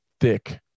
thick